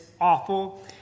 awful